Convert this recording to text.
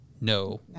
no